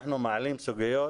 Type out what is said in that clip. אנחנו מעלים סוגיות